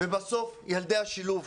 ובסוף, ילדי השילוב.